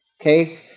Okay